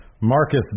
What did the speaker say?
Marcus